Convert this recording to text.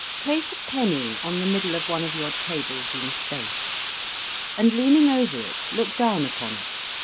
place a penny on the middle of one of your tables in space and leaning over it, look down upon it.